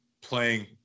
playing